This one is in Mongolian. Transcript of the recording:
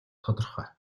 тодорхой